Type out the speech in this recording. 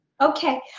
Okay